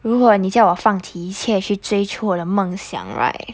如果你叫我放弃一切去追求我的梦想 right